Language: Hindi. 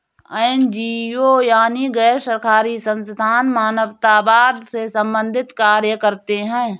एन.जी.ओ यानी गैर सरकारी संस्थान मानवतावाद से संबंधित कार्य करते हैं